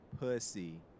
Pussy